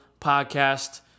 podcast